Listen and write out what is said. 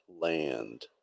land